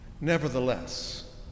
Nevertheless